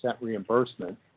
reimbursement